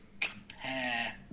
Compare